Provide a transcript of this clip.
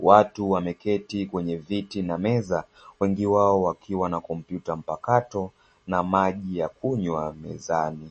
watu wameketi kwenye viti na meza wengi wao wakiwa na kompyuta mpakato na maji ya kunywa mezani.